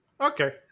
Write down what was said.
Okay